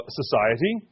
society